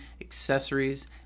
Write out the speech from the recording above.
accessories